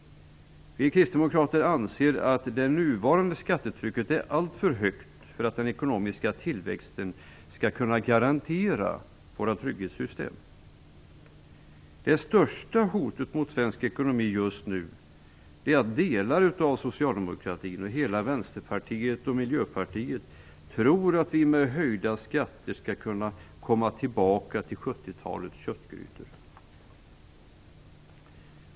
Vi kristdemokrater anser att det nuvarande skattetrycket är alltför högt för att den ekonomiska tillväxten skall kunna garantera våra trygghetssystem. Det största hotet mot svensk ekonomi just nu är att delar av socialdemokratin och hela Vänsterpartiet och Miljöpartiet tror att vi med höjda skatter skall kunna komma tillbaka till 70-talets köttgrytor.